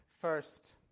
first